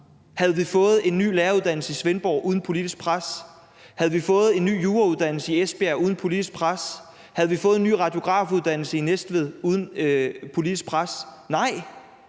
Havde vi fået en ny læreruddannelse i Svendborg uden politisk pres? Havde vi fået en ny jurauddannelse i Esbjerg uden politisk pres? Havde vi fået en ny radiografuddannelse i Næstved uden politisk pres? Nej.